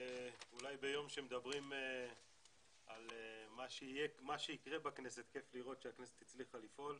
אולי ביום שמדברים על מה שיקרה בכנסת כיף לראות שהכנסת הצליחה לפעול.